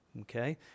Okay